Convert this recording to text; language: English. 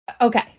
Okay